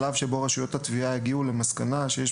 שלב שבו רשויות התביעה הגיעו למסקנה שיש